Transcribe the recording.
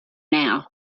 now